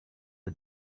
tha